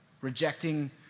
rejecting